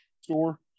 store